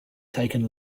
taken